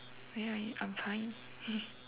ya I'm fine